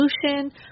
solution